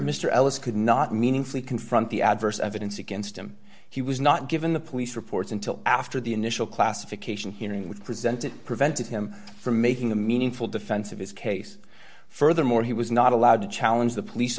ellis could not meaningfully confront the adverse evidence against him he was not given the police reports until after the initial classification hearing with presenting prevented him from making a meaningful defense of his case furthermore he was not allowed to challenge the police